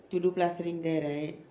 to do plastering there right